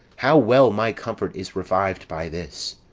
how well my comfort is reviv'd by this!